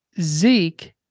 Zeke